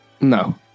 No